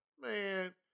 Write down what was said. man